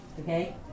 Okay